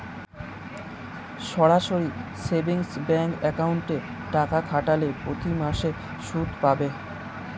সরাসরি savings bank অ্যাকাউন্টে টাকা খাটালে প্রতিমাসে সুদ পাবে